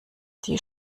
die